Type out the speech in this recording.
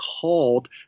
called